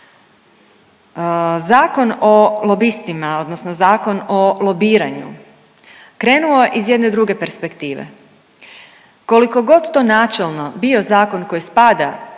Zakon o lobistima, odnosno Zakon o lobiranju krenuo je iz jedne druge perspektive. Koliko god to načelno bio zakon koji spada